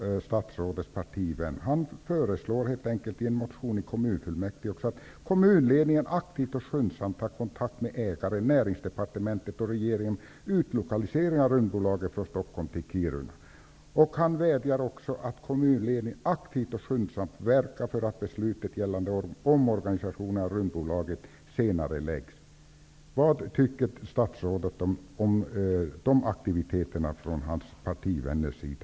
Statsrådets partivän föreslår helt enkelt i en motion i kommunfullmäktige att kommunledningen aktivt och skyndsamt skall ta kontakt med ägaren, näringsdepartementet och regeringen, om utlokalisering av Rymdbolaget från Stockholm till Kiruna. Han vädjar också om att kommunledningen aktivt och skyndsamt skall verka för att beslutet gällande omorganisationen av Vad tycker statsrådet om sina partivänners aktiviteter i denna fråga?